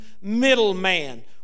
middleman